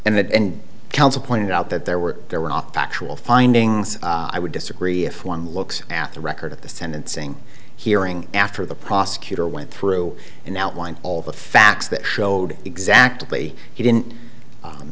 that and counsel pointed out that there were there were not factual findings i would disagree if one looks at the record of the sentencing hearing after the prosecutor went through an outline all the facts that showed exactly he didn't